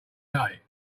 day